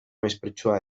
mespretxua